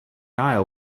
aisle